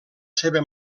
seva